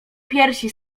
piersi